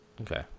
Okay